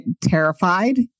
terrified